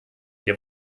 wir